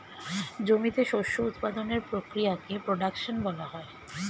জমিতে শস্য উৎপাদনের প্রক্রিয়াকে প্রোডাকশন বলা হয়